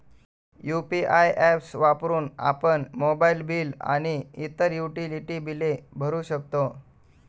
UPI apps वापरून आपण mobile bill आणि इतर युटिलिटी बिले भरू शकतो